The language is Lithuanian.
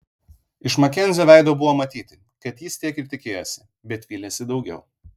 iš makenzio veido buvo matyti kad jis tiek ir tikėjosi bet vylėsi daugiau